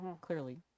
clearly